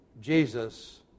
Jesus